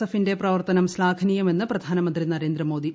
എഫിന്റെ പ്രവർത്തനം ശ്ലാഘനീയമെന്ന് പ്രധാനമന്ത്രി നരേന്ദ്രമോദി